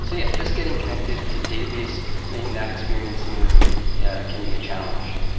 so yeah, just getting connected to the database. making that experience smooth can be a challenge.